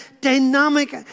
dynamic